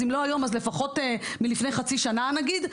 אז אם לא היום אז לפחות מלפני חצי שנה נגיד,